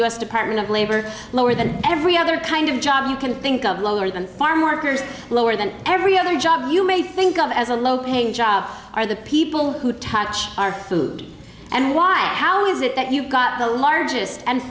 s department of labor lower than every other kind of job you can think of lower than farm workers lower than every other job you may think of as a low paying job are the people who touch our food and why how is it that you've got the largest and